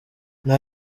nta